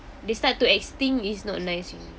they start to extinct is not nice lor